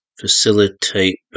facilitate